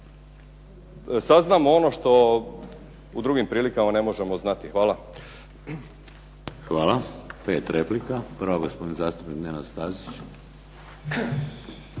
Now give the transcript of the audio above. saznamo ono što u drugim prilikama ne možemo znati. Hvala. **Šeks, Vladimir (HDZ)** Hvala. Pet replika. Prva gospodin zastupnik Nenad Stazić.